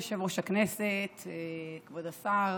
כבוד יושב-ראש הישיבה, כבוד השר,